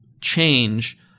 change